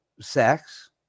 sex